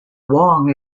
wong